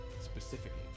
specifically